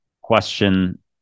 question